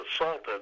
assaulted